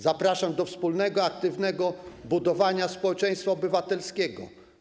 Zapraszam do wspólnego, aktywnego budowania społeczeństwa obywatelskiego.